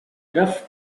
rough